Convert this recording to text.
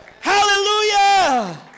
hallelujah